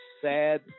sad